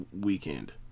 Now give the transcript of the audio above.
weekend